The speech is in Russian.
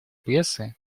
прессы